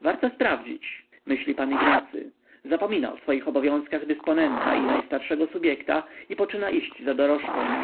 warto sprawdzić myśli pan ignacy zapomina o swoich obowiązkach dysponenta i najstarszego subjekta i poczyna iść za dorożką